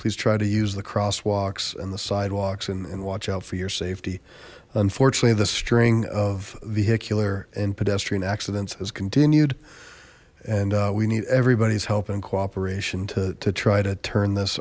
please try to use the crosswalks and the sidewalks and watch out for your safety unfortunately the string of vehicular and pedestrian accidents has continued and we need everybody's help in cooperation to try to turn this